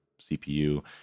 CPU